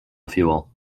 fuel